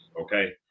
okay